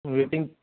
waiting